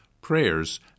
prayers